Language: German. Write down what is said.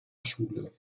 schule